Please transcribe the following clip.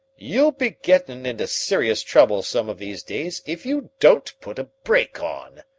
you'll be gettin' into serious trouble some of these days if you don't put a brake on,